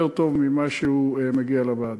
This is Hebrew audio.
יותר טוב ממה שמגיע לוועדה.